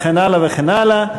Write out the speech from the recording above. וכן הלאה וכן הלאה.